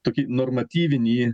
tokį normatyvinį